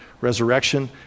resurrection